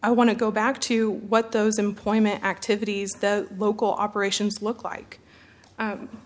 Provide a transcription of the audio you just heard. i want to go back to what those employment activities the local operations look like